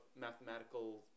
mathematical